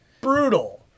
brutal